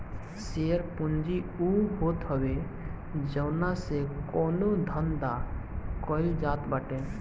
share पूंजी उ होत हवे जवना से कवनो धंधा कईल जात बाटे